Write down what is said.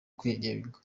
kwigenga